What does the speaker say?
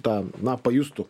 tą na pajustų